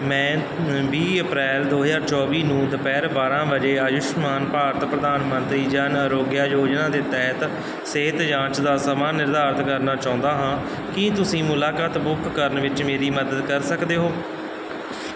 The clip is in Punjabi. ਮੈਂ ਵੀਹ ਅਪ੍ਰੈਲ ਦੋ ਹਜ਼ਾਰ ਚੌਵੀ ਨੂੰ ਦੁਪਹਿਰ ਬਾਰਾ ਵਜੇ ਆਯੁਸ਼ਮਾਨ ਭਾਰਤ ਪ੍ਰਧਾਨ ਮੰਤਰੀ ਜਨ ਆਰੋਗਯ ਯੋਜਨਾ ਦੇ ਤਹਿਤ ਸਿਹਤ ਜਾਂਚ ਦਾ ਸਮਾਂ ਨਿਰਧਾਰਤ ਕਰਨਾ ਚਾਹੁੰਦਾ ਹਾਂ ਕੀ ਤੁਸੀਂ ਮੁਲਾਕਾਤ ਬੁੱਕ ਕਰਨ ਵਿੱਚ ਮੇਰੀ ਮਦਦ ਕਰ ਸਕਦੇ ਹੋ